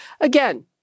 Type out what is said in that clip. Again